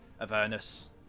Avernus